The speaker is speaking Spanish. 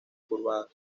curvadas